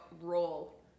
roll